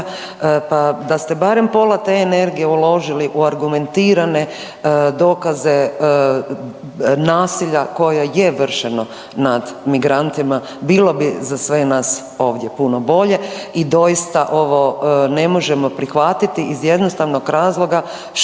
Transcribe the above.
Pa da ste barem pola te energije uložili u argumentirane dokaze nasilja koje je vršeno nad migrantima bilo bi za sve nas ovdje puno bolje i doista ovo ne možemo prihvatiti iz jednostavnog razloga što